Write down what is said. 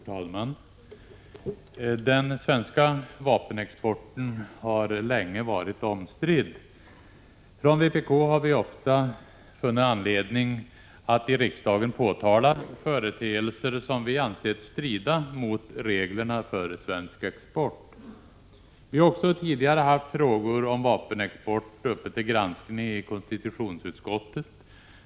Fru talman! Den svenska vapenexporten har länge varit omstridd. Från vpk har vi ofta funnit anledning att i riksdagen påtala företeelser som vi ansett strida mot reglerna för svensk export. Vi har också tidigare haft frågor om vapenexport uppe till granskning i konstitutionsutskottet.